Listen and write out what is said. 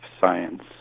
science